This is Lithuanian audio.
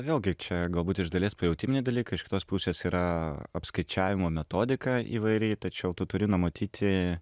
vėlgi čia galbūt iš dalies pajautiminiai dalykai iš kitos pusės yra apskaičiavimo metodika įvairi tačiau tu turi numatyti